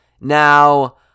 Now